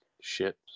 ships